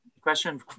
question